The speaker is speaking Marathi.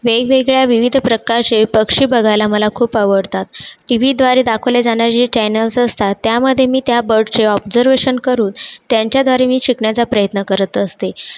वेगवेगळ्या विविध प्रकारचे पक्षी बघायला मला खूप आवडतात टी व्हीद्वारे दाखवले जाणारे चे चॅनल्स असतात त्यामध्ये मी त्या बर्डचे ऑबजर्वेशन करून त्यांच्याद्वारे मी शिकण्याचा प्रयत्न करत असते